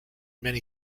many